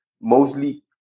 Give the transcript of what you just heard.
mostly